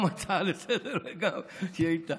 גם הצעה לסדר-היום וגם שאילתה.